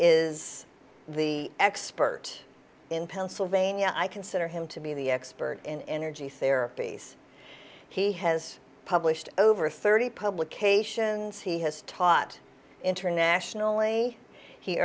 is the expert in pennsylvania i consider him to be the expert in energy therapies he has published over thirty publications he has taught internationally he